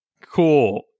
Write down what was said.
cool